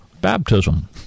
baptism